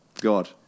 God